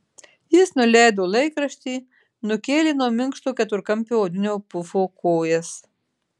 jis nuleido laikraštį nukėlė nuo minkšto keturkampio odinio pufo kojas